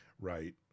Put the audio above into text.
right